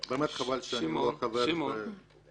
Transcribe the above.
חבל שאני לא חבר בוועדה,